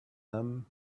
them